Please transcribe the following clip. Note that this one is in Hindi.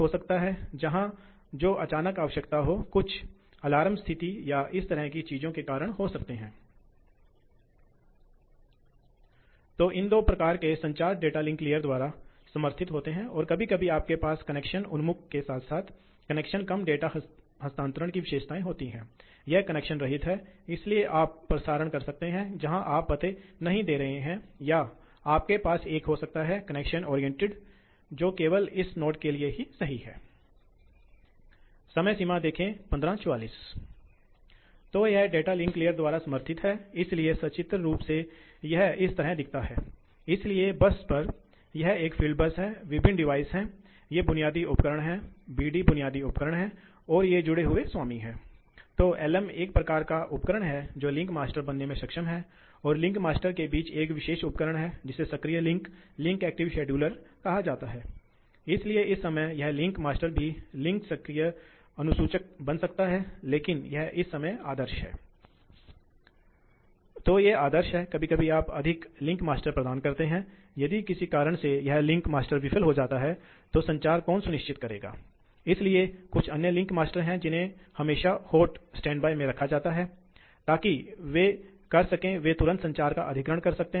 तो हाँ तो यह आप जानते हैं यह एक छोटी सी गणना है यह डॉलर का आंकड़ा है क्योंकि यह जिस स्रोत से लिया गया है लेकिन यह लगभग हमारे बराबर हो जाता है यदि आप लगभग 45 रुपये लेते हैं प्रति डॉलर यह लगभग 25 रुपये हो जाता है जो एक तरह की औसत दर है यह बिल्कुल नहीं है यह अवस्था से अवस्था में भिन्न होता है यह विभिन्न ऊर्जा स्लैब और औद्योगिक ऊर्जा पर भिन्न होता है दरें वैसे भी किलोवाट पर निर्भर नहीं होती हैं यह भी निर्भर करता है अधिकतम मांग पर यदि आप 25 रुपये लेते हैं और यदि आप यहां 25 रुपये लेते हैं तो आपके पास मोटे तौर पर पूछताछ नहीं हो सकती है आपके पास प्रति माह एक हज़ार किलोवाट घंटा दस हजार किलो प्रति किलोवाट घंटा प्रति माह 25 रुपये प्रति किलोवाट की बचत होती है